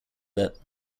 bit